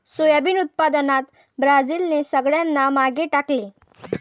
soybean उत्पादनात ब्राझीलने सगळ्यांना मागे टाकले